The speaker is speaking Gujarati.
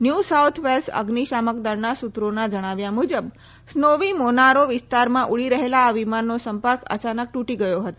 ન્યૂ સાઉથ વેલ્સ અઝિશામક દળના સૂત્રોના જણાવ્યા મુજબ સ્નોવી મોનારો વિસ્તારમાં ઊડી રહેલા આ વિમાનનો સંપર્ક અચાનક તૂટી ગયો હતો